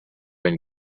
been